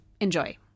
Enjoy